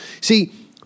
See